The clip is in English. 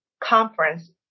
conference